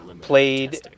played